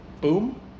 boom